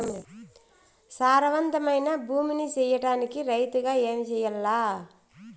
సారవంతమైన భూమి నీ సేయడానికి రైతుగా ఏమి చెయల్ల?